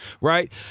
right